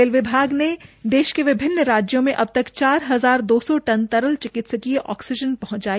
rail विभाग ने देश के विभिन्न राज्यों में अबतक चार हजार दौ सौ टन तरल चिकित्सकीय आक्सीजन पहुंचाई